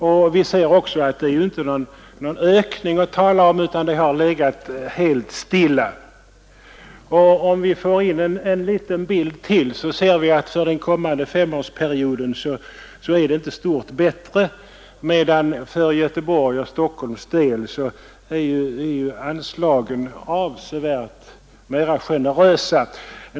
Det har inte skett någon ökning att tala om, utan anslaget har legat helt stilla. Det framgår också av diagrammet att det inte blir stort bättre under den kommande femårsperioden för Malmös del, medan anslagen för Göteborgs och Stockholms del är avsevärt generösare.